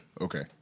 Okay